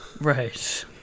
Right